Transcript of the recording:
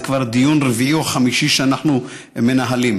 זה כבר דיון רביעי או חמישי שאנחנו מנהלים.